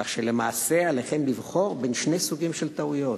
כך שלמעשה עליכם לבחור בין שני סוגים של טעויות,